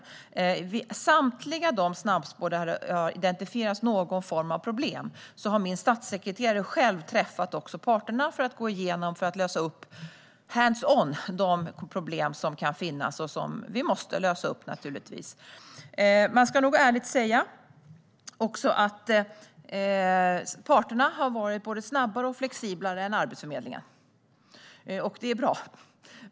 För samtliga snabbspår där det har identifierats någon form av problem har min statssekreterare själv träffat parterna för att gå igenom och hands-on lösa de problem som kan finnas och som vi naturligtvis måste lösa. Man ska ärligt säga att parterna har varit både snabbare och flexiblare än Arbetsförmedlingen. Det är bra.